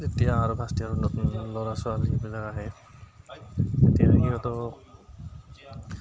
যেতিয়া আৰু ফাৰ্ষ্ট ইয়াৰৰ নতুন নতুন ল'ৰা ছোৱালীবিলাক আহে তেতিয়া সিহঁতক